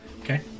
Okay